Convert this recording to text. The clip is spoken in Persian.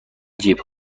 جیب